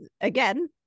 again